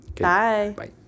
Bye